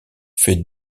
fait